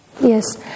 Yes